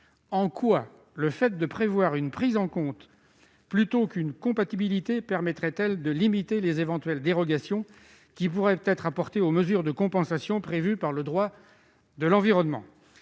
En quoi le fait de prévoir une prise en compte plutôt qu'une compatibilité permettrait-il de limiter les éventuelles dérogations qui pourraient être apportées aux mesures de compensation prévues par le droit de l'environnement ?